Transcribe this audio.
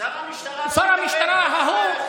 שר המשטרה לא מתערב,